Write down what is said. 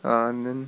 ah and then